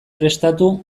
prestatu